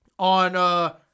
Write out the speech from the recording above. On